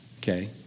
okay